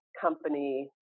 company